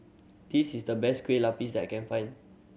this is the best Kueh Lapis I can find